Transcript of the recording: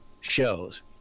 shows